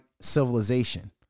civilization